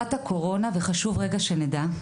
בתקופת הקורונה, וחשוב שנדע,